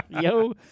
Yo